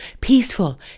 peaceful